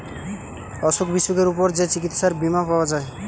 অসুখ বিসুখের উপর যে চিকিৎসার বীমা পাওয়া যায়